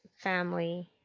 family